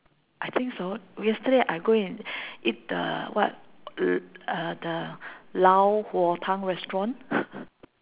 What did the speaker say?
I think so yesterday I go and eat the what l~ uh the 老火汤 restaurant